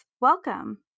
Welcome